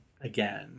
again